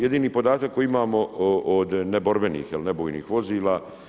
Jedino podatak koji imamo od neborben ih ili ne bojnih vozila.